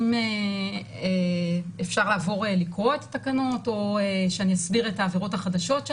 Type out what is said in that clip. אם אפשר לעבור לקרוא את התקנות או שאני אסביר את העבירות החדשות?